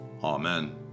Amen